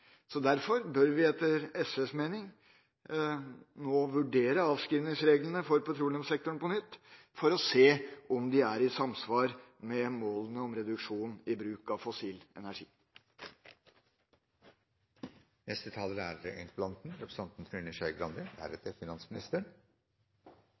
Derfor bør vi – etter SVs mening – nå vurdere avskrivingsreglene for petroleumssektoren på nytt, for å se om de er i samsvar med målene om reduksjon i bruk av fossil energi. Interpellasjon er